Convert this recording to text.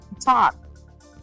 talk